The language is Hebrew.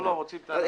לא, רוצים את הענבים.